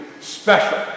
special